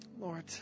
Lord